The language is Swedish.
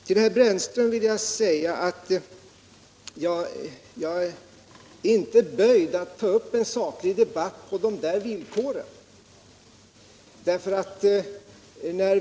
Till herr Brännström vill jag säga att jag inte är böjd att ta upp en saklig debatt på hans villkor.